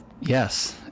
Yes